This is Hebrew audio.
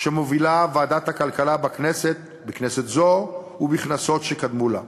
שמובילה ועדת הכלכלה בכנסת זו ובכנסות שקדמו לה.